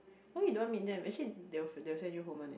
why you don't want meet them actually they will they will send you home [one] eh